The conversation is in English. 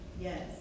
Yes